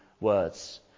words